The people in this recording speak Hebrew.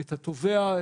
את התובע,